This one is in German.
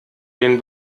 den